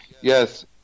Yes